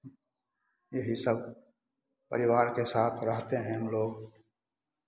यही सब परिवार के साथ रहते हैं हम लोग